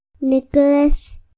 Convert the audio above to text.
Nicholas